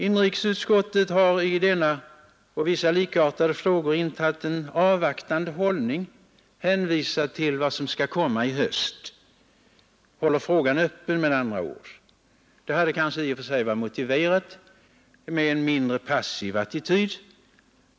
Inrikesutskottet har i denna och vissa likartade frågor intagit en avvaktande hållning och hänvisat till vad som skall komma i höst. Man håller med andra ord frågan öppen. Det hade i och för sig varit motiverat med en mindre passiv attityd.